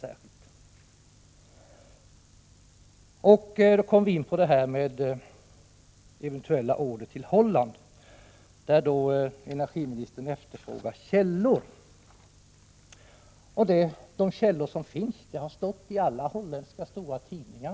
När det gäller frågan om eventuella order från Holland efterfrågar energiministern källor. Vilka källor som finns har stått i alla stora holländska tidningar.